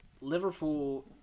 Liverpool